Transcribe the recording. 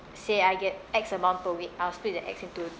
say I get X amount per week I'll split the X into